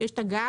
יש את הגז,